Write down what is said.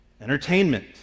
entertainment